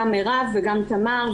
גם מרב וגם תמר,